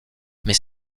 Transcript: mais